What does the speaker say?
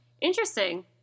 Interesting